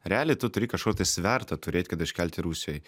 realiai tu turi kažkokį tai svertą turėt kad iškelti rusijoj